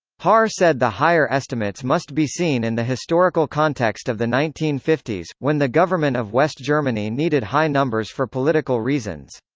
haar said the higher estimates must be seen in the historical context of the nineteen fifty s, when the government of west germany needed high numbers for political reasons.